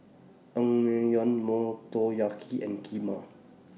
Naengmyeon Motoyaki and Kheema